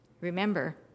remember